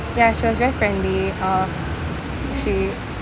ya she was very friendly uh she